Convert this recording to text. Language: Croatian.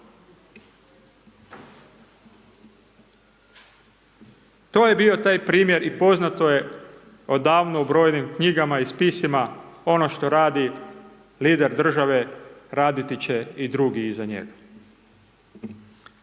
To je bio taj primjer i poznato je odavno u brojnim knjigama i spisima ono što radi lider države, raditi će i drugi iza njega.